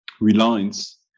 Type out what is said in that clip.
Reliance